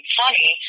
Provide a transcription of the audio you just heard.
funny